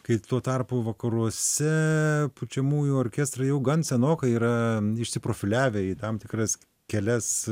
kai tuo tarpu vakaruose pučiamųjų orkestrai jau gan senokai yra išiprofiliavę į tam tikras kelias